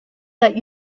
that